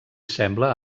sembla